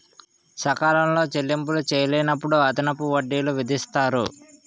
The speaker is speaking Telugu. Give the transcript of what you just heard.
సకాలంలో చెల్లింపులు చేయలేనప్పుడు అదనపు వడ్డీలు విధిస్తారు